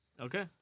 Okay